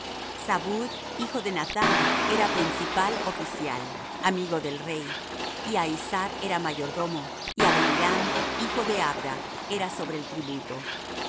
zabud hijo de nathán era principal oficial amigo del rey y ahisar era mayordomo y adoniram hijo de abda era sobre el tributo